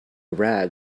rag